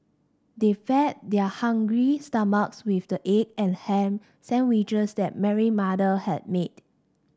they fed their hungry stomachs with the egg and ham sandwiches that Mary mother had made